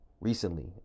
recently